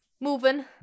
moving